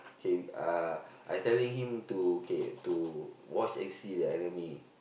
okay uh I telling him to okay to watch and see the enemy